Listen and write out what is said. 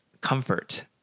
Comfort